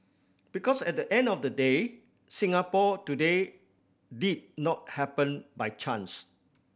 because at the end of the day Singapore today did not happen by chance